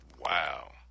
Wow